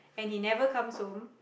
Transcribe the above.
and he never comes home